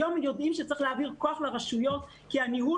היום יודעים שצריך להעביר כוח לרשויות כי הניהול